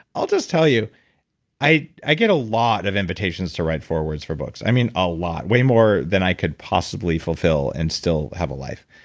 i'll just tell you i i get a lot of invitations to write forwards for books, i mean a lot. way more than i could possibly fulfill and still have a life.